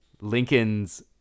Lincoln's